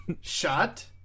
shut